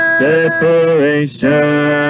separation